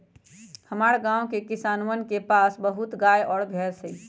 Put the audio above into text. हमरा गाँव के किसानवन के पास बहुत गाय और भैंस हई